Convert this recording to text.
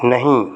नहीं